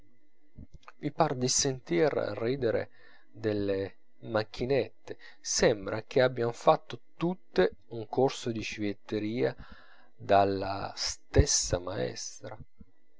vi par di sentir ridere delle macchinette sembra che abbian fatto tutte un corso di civetteria dalla stessa maestra